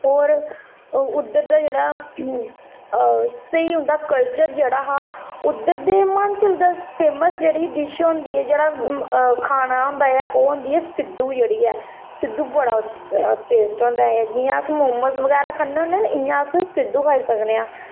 होर उद्धर दा जेह्ड़ा स्हेई उं'दा कल्चर जेह्ड़ा हा उद्धर दे म्हांचल दा फेमस जेह्ड़ी डिश होंदी ऐ जेह्ड़ा खाना होंदा ऐ ओह् होंदी ऐ सिड्डू जेह्ड़ी ऐ सिड्डू बड़ा टेस्ट होंदा ऐ जि'यां अस मोमोस बगैरा खन्ने होने इ'यां अस सिड्डू खाई सकने आं